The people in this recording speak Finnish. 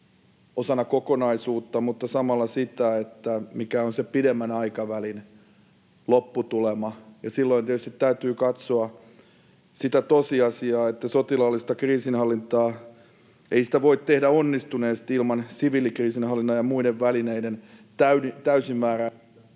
osana kokonaisuutta, mutta samalla sitä, mikä on se pidemmän aikavälin lopputulema. Silloin tietysti täytyy katsoa sitä tosiasiaa, että sotilaallista kriisinhallintaa ei voi tehdä onnistuneesti ilman siviilikriisinhallinnan ja muiden välineiden täysimääräistä